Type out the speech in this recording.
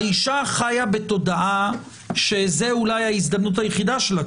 האישה חיה בתודעה שזו אולי ההזדמנות היחידה שלה,